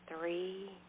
three